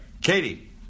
Katie